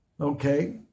Okay